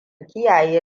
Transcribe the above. kiyaye